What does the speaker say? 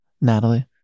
Natalie